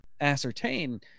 ascertain